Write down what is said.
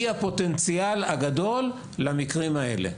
היא הפוטנציאל הגדול למניעה של המקרים האלה.